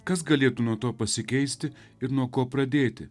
kas galėtų nuo to pasikeisti ir nuo ko pradėti